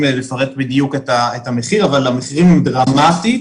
בדיוק לפרט את המחיר אבל המחירים הם דרמטית